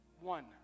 One